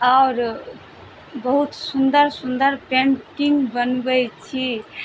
आओर बहुत सुन्दर सुन्दर पेन्टिंग बनबइ छी